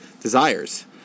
desires